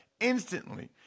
instantly